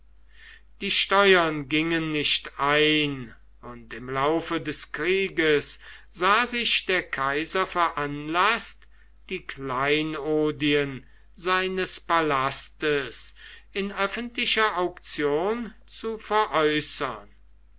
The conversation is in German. die steuern gingen nicht ein und im laufe des krieges sah sich der kaiser veranlaßt die kleinodien seines palastes in öffentlicher auktion zu veräußern